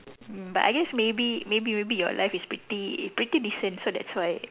but I guess maybe maybe maybe your life is pretty pretty decent so that's why